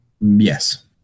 yes